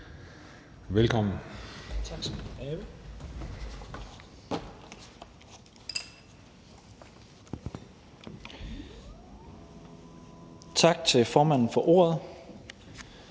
Tesfaye): Tak til formanden for ordet.